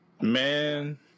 Man